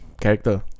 character